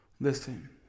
Listen